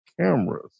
cameras